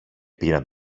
πήραν